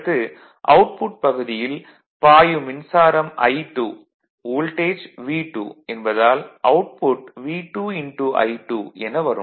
அடுத்து அவுட்புட் பகுதியில் பாயும் மின்சாரம் I2 வோல்டேஜ் V2 என்பதால் அவுட்புட் V2 I2 என வரும்